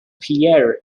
pierre